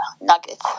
Nuggets